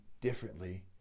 differently